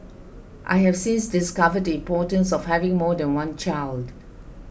I have since discovered the importance of having more than one child